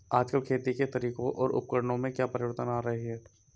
आजकल खेती के तरीकों और उपकरणों में क्या परिवर्तन आ रहें हैं?